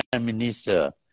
Minister